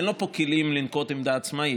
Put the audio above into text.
אין לו פה כלים לנקוט עמדה עצמאית.